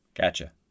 Gotcha